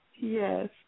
Yes